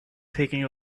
taking